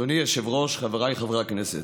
אדוני היושב-ראש, חבריי חברי הכנסת,